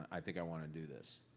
i think i wanna do this.